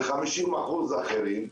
ו-50% אחרים,